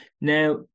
Now